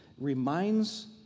reminds